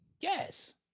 Yes